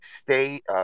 state